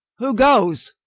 who goes?